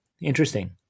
interesting